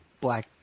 black